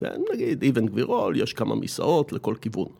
ונגיד, איבן גבירול יש כמה מסעות לכל כיוון.